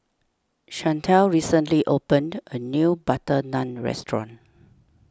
Shantel recently opened a new Butter Naan restaurant